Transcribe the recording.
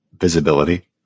visibility